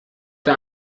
der